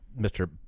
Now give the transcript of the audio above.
Mr